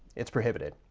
it's prohibited.